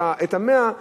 את ה-100,